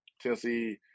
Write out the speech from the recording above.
Tennessee